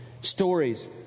stories